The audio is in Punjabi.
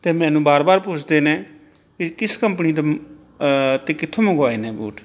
ਅਤੇ ਮੈਨੂੰ ਵਾਰ ਵਾਰ ਪੁੱਛਦੇ ਨੇ ਇਹ ਕਿਸ ਕੰਪਨੀ ਤੋਂ ਅਤੇ ਕਿੱਥੋਂ ਮੰਗਵਾਏ ਨੇ ਬੂਟ